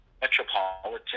metropolitan